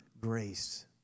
grace